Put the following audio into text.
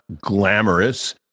glamorous